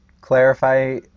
clarify